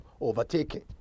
overtaken